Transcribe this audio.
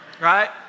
Right